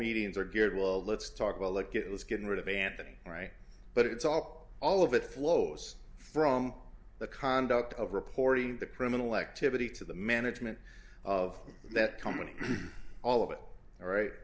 meetings are geared well let's talk about like it was getting rid of anthony all right but it's all all of it flows from the conduct of reporting the criminal activity to the management of that company all of it all right